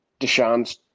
Deshaun's